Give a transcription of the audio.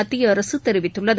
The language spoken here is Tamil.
மத்தியஅரசு தெரிவித்துள்ளது